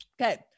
Okay